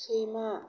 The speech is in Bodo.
सैमा